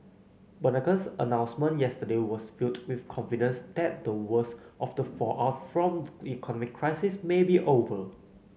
Bernanke's announcement yesterday was viewed with confidence that the worst of the fallout from the economic crisis may be over